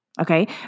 Okay